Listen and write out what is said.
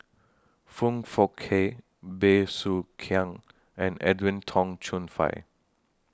Foong Fook Kay Bey Soo Khiang and Edwin Tong Chun Fai